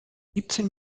siebzehn